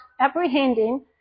apprehending